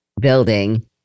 building